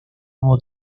nuevo